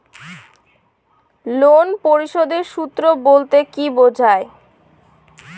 Loan পরিশোধের সূএ বলতে কি বোঝায়?